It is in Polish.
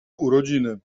urodziny